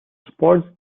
sports